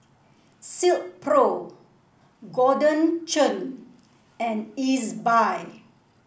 Silkpro Golden Churn and Ezbuy